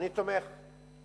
אני תומך.